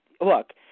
look